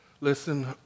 Listen